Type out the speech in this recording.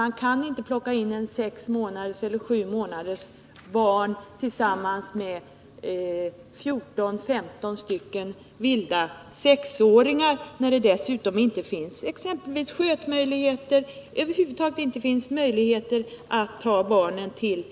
Man kan inte plocka in ett sex eller sju månaders barn tillsammans med 14 eller 15 vilda sexåringar, när det dessutom inte finns skötmöjligheter, när det över huvud taget inte finns möjligheter att ta barnen till